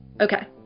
okay